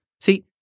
See